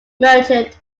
merchant